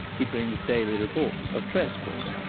he brings daily reports of trespass.